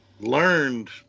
learned